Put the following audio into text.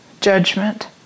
judgment